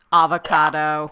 avocado